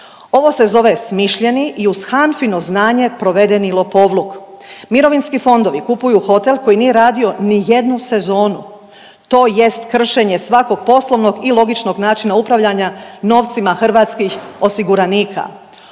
Ovo se zove smišljeni i uz HANFA-ino znanje provedeni lopovluk. Mirovinski fondovi kupuju hotel koji nije radio nijednu sezonu. To jest kršenje svakog poslovnog i logičnog načina upravljanja novcima hrvatskih osiguranika.